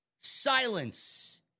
silence